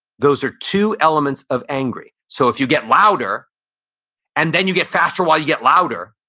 those are two elements of angry. so if you get louder and then you get faster while you get louder,